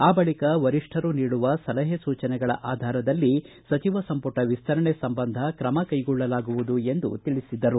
ಆ ಬಳಿಕ ವರಿಷ್ಠರು ನೀಡುವ ಸಲಹೆ ಸೂಚನೆಗಳ ಆಧಾರದಲ್ಲಿ ಸಚಿವ ಸಂಪುಟ ವಿಸ್ತರಣೆ ಸಂಬಂಧ ಕ್ರಮ ಕೈಗೊಳಲಾಗುವುದು ಎಂದು ತಿಳಿಸಿದರು